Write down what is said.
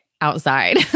outside